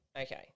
Okay